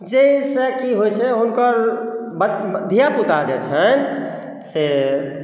जाहिसँ की होइ छै हुनकर धिया पूता जे छनि से